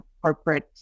corporate